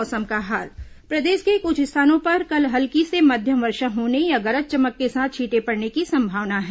मौसम प्रदेश के कुछ स्थानों पर कल हल्की से मध्यम वर्षा होने या गरज चमक के साथ छीटें पड़ने की संभावना है